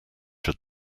had